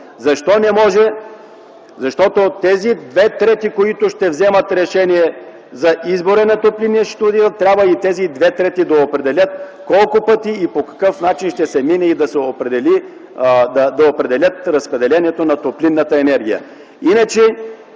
Защо не може? Защото тези две трети, които ще вземат решение за избора на топлинния счетоводител трябва и тези две трети да определят и това колко пъти и по какъв начин ще се минава, за да се определи разпределението на топлинната енергия.